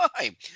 time